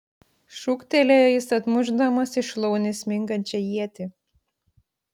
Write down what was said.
šūktelėjo jis atmušdamas į šlaunį smingančią ietį